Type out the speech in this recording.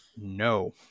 no